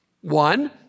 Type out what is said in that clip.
One